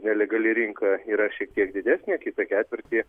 nelegali rinka yra šiek tiek didesnė kitą ketvirtį